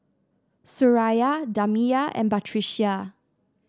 Suraya Damia and Batrisya